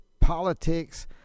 politics